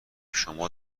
شما